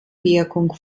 wirkung